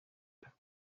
بودم